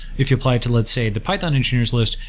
if you applied to, let's say, the python engineers' list,